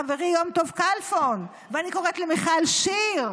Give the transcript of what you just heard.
חברי יום טוב כלפון, ואני קוראת למיכל שיר,